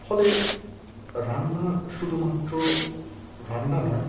ফলে রান্না শুধুমাত্র রান্না নয়